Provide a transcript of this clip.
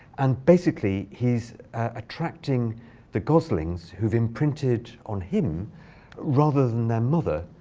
and basically, he's attracting the goslings, who've imprinted on him rather than their mother,